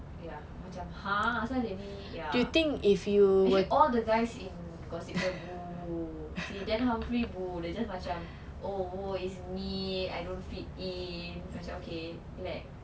ya macam !huh! asal dia ini ya actually all the guys in gossip girl boo humphrey boo they just macam oh oh it's me okay I don't fit in macam okay relax